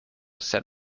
said